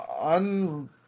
un